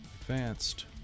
advanced